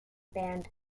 band